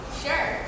sure